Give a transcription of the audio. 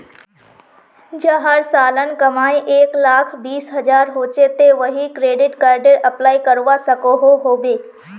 जहार सालाना कमाई एक लाख बीस हजार होचे ते वाहें क्रेडिट कार्डेर अप्लाई करवा सकोहो होबे?